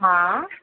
हा